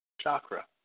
chakra